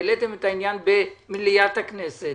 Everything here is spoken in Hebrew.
העליתם את העניין במליאת הכנסת,